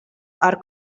are